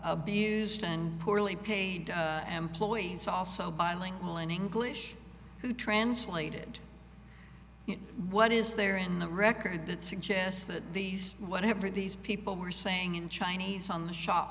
abused and poorly paid employees also bilingual in english who translated what is there in the record that suggests that these whatever these people were saying in chinese on the shop